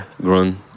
grown